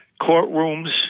courtrooms